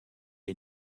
est